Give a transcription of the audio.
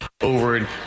over